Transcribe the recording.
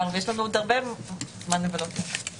יש כאן שאלות שהן לא רק ביניכם כרגולטור לבין האפוטרופוסים.